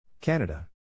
Canada